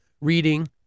reading